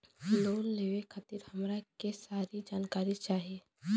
Loan लेवे खातीर हमरा के सारी जानकारी चाही?